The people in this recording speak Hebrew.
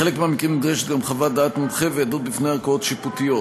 בחלק מהמקרים נדרשת גם חוות דעת מומחה ועדות לפני ערכאות שיפוטיות.